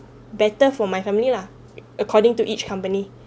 better for my family lah according to each company